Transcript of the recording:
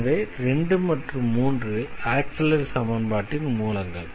எனவே 2 மற்றும் 3 ஆக்ஸிலரி சமன்பாட்டின் மூலங்கள்